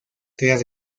tras